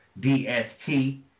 DST